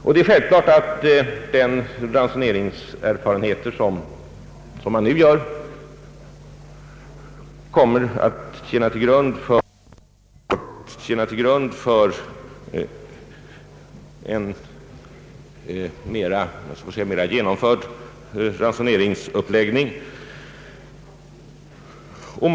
Det är självklart att de erfarenheter man nu gör kommer att ligga till grund för en bredare ransoneringsuppläggning avseende en längre period än den nu aktuella.